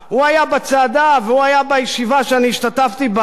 הוא היה בצעדה, והוא היה בישיבה שאני השתתפתי בה,